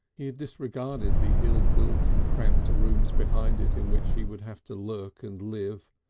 he had disregarded the ill-built cramped rooms behind it in which he would have to lurk and live,